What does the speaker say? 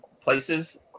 places